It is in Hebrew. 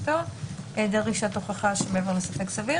היעדר דרישת הוכחה שמעבר לספק סביר